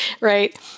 right